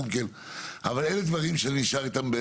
אבל אלה דברים שנשאל אותם.